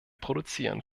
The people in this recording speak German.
produzieren